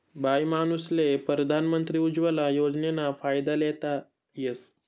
बाईमानूसले परधान मंत्री उज्वला योजनाना फायदा लेता येस